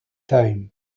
time